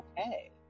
okay